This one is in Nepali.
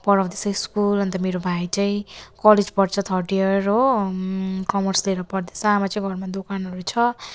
पढाउँदैछ स्कुल अन्त मेरो भाइ चाहिँ कलेज पढ्छ थर्ड इयर हो कमर्स लिएर पढ्दैछ आमा चाहिँ घरमा दोकानहरू छ